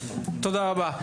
תודה רבה.